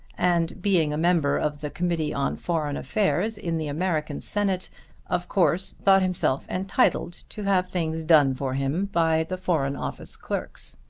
and being a member of the committee on foreign affairs in the american senate of course thought himself entitled to have things done for him by the foreign office clerks.